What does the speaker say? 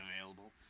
available